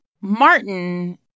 Martin